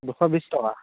দুশ বিশ টকা